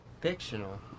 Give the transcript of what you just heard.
Fictional